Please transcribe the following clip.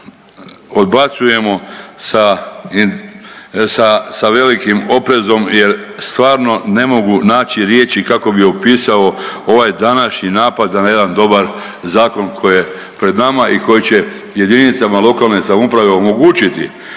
sa odbacujemo sa, sa velikim oprezom jer stvarno ne mogu naći riječi kako bi opisao ovaj današnji napad na jedan dobar zakon koji je pred nama i koji će jedinicama lokalne samouprave omogućiti,